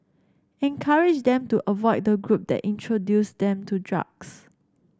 encourage them to avoid the group that introduced them to drugs